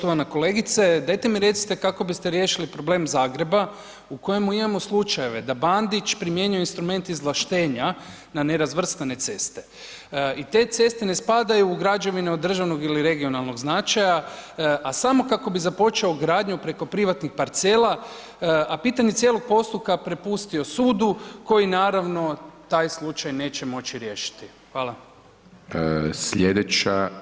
Poštovana kolegice, dajte mi recite kako biste riješili problem Zagreba u kojemu imamo slučajeve da Bandić primjenjuje instrumente izvlaštenja na nerazvrstane ceste i te ceste ne spadaju u građevine od državnog ili regionalnog značaja, a samo kako bi započeo gradnju preko privatnih parcela, a pitanje cijelog postupka prepustio sudu koji naravno taj slučaj neće moći riješiti.